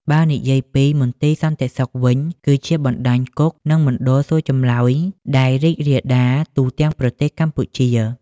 បើនិយាយពី មន្ទីរសន្តិសុខវិញ គឺជាបណ្តាញគុក និងមណ្ឌលសួរចម្លើយដែលរីករាលដាលទូទាំងប្រទេសកម្ពុជា។